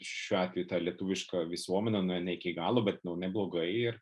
šiuo atveju tą lietuvišką visuomenę nu ne iki galo bet nu neblogai ir